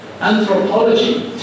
Anthropology